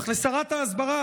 אך לשרת ההסברה,